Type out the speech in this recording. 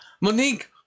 Monique